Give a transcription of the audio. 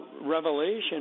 revelation